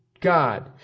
God